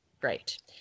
great